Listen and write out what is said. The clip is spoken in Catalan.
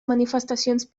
manifestacions